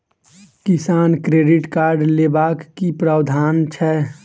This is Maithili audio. किसान क्रेडिट कार्ड लेबाक की प्रावधान छै?